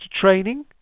Training